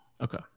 Okay